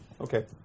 okay